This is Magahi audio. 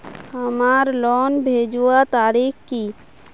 हमार लोन भेजुआ तारीख की?